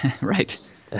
Right